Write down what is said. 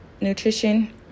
nutrition